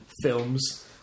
Films